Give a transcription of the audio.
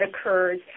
occurs